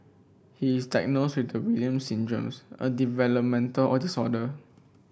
he is diagnosed with the Williams Syndrome a developmental disorder